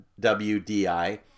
WDI